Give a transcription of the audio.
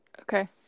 Okay